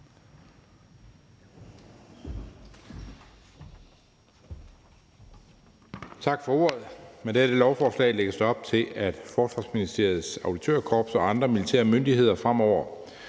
Tak for ordet. Med dette lovforslag lægges der op til, at Forsvarsministeriets Auditørkorps og andre militære myndigheder fremover